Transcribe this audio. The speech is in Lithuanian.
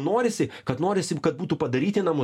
norisi kad norisi kad būtų padaryti namų